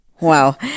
Wow